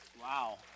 Wow